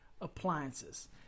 appliances